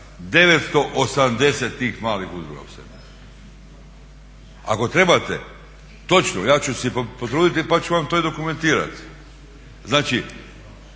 980 tih malih udruga u sebi. Ako trebate točno ja ću se potruditi pa ću vam to i dokumentirati Znači